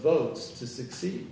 votes to succeed